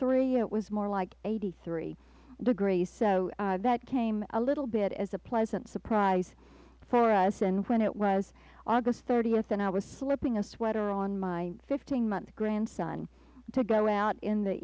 three it was more like eighty three degrees so that came a little bit as a pleasant surprise for us and when it was august th and i was slipping a sweater on my fifteen month grandson to go out in the